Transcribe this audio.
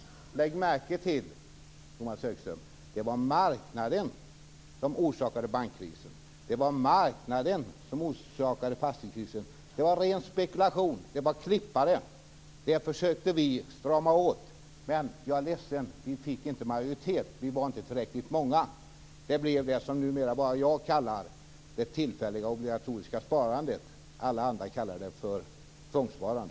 Tomas Högström, lägg märke till att det var marknaden som orsakade både bankkrisen och fastighetskrisen! Det var fråga om ren spekulation och om klippare. Där försökte vi strama åt. Jag är ledsen, vi fick inte majoritet, vi var inte tillräckligt många. Det blev det som numera bara jag kallar det tillfälliga obligatoriska sparandet. Alla andra kallar det för tvångssparande.